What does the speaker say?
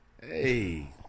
Hey